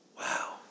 Wow